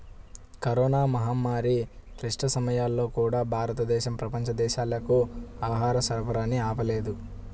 corona మహమ్మారి క్లిష్ట సమయాల్లో కూడా, భారతదేశం ప్రపంచ దేశాలకు ఆహార సరఫరాని ఆపలేదు